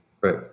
Right